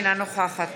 אינה נוכחת